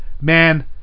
man